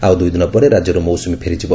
ଆଉ ଦୁଇଦିନ ପରେ ରାଜ୍ୟରୁ ମୌସୁମୀ ଫେରିଯିବ